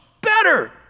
better